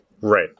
Right